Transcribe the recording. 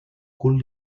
cul